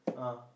ah